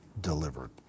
delivered